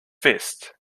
fist